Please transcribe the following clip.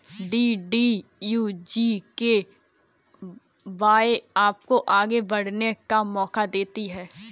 DDU GKY आपको आगे बढ़ने का मौका देती है